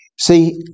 see